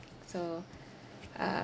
so uh